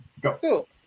Go